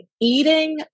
eating